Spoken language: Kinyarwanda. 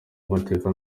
amateka